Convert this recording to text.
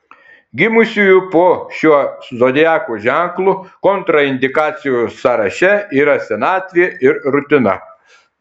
gimusiųjų po šiuo zodiako ženklu kontraindikacijų sąraše yra senatvė ir rutina